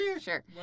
sure